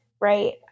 Right